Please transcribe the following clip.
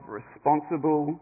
responsible